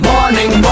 Morning